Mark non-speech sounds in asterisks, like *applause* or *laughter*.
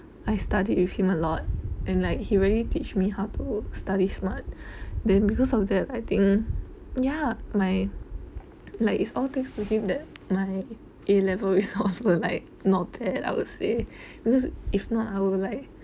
I studied with him a lot and like he really teach me how to study smart then because of that I think ya my like it's all thanks to him that my A levels *laughs* is also like not bad I would say because if not I would like